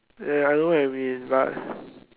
ya I don't know what you mean but